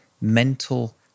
mental